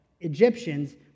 Egyptians